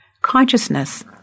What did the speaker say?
Consciousness